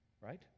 right